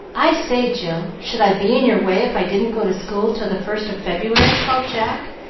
i say, jill, should i be in your way if i didn't go to school till the first of february? called jack,